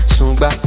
Sumba